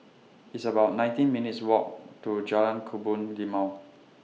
It's about nineteen minutes' Walk to Jalan Kebun Limau